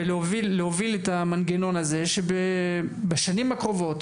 ולהוביל את המנגנון הזה שבשנים הקרובות,